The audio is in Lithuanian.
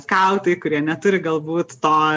skautai kurie neturi galbūt to